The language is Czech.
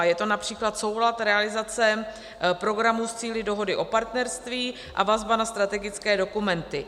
Je to například soulad realizace programů s cíli dohody o partnerství a vazba na strategické dokumenty.